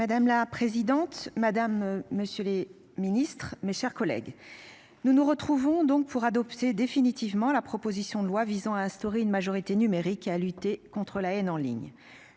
Madame la présidente, madame, monsieur les ministres, mes chers collègues. Nous nous retrouvons donc pour adopter définitivement la proposition de loi visant à instaurer une majorité numérique à lutter contre la haine en ligne.